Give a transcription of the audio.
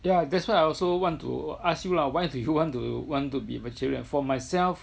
ya that's why I also want to ask you lah why did you want to want to be vegeterian for myself